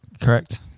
correct